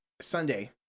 Sunday